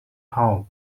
home